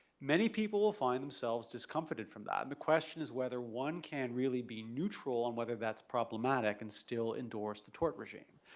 many people will find themselves discomforted from that and the question is whether one can really be neutral on whether that's problematic and still endorse the tort regime.